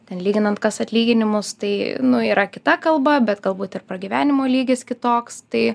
ten lyginant kas atlyginimus tai nu yra kita kalba bet galbūt ir pragyvenimo lygis kitoks tai